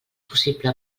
possible